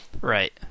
Right